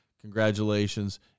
Congratulations